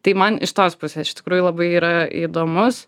tai man iš tos pusės iš tikrųjų labai yra įdomus